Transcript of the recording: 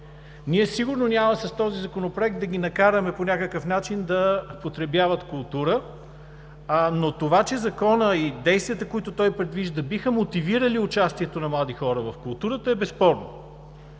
ние сигурно няма с този законопроект да ги накараме по някакъв начин да потребяват култура, но това, че Законът и действията, които той предвижда, биха мотивирали участието на млади хора в културата, е безспорно.